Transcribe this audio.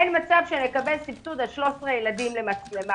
אין מצב שנקבל סבסוד על 13 ילדים למצלמה.